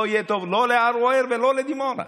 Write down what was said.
לא יהיה טוב לא לערוער ולא לדימונה.